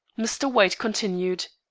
mr. white continued.